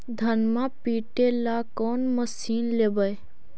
धनमा पिटेला कौन मशीन लैबै?